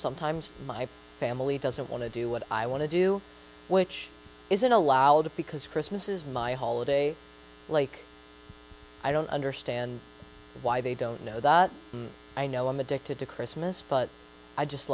sometimes my family doesn't want to do what i want to do which isn't allowed because christmas is my holiday like i don't understand why they don't know that i know i'm addicted to christmas but i just